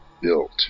built